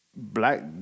Black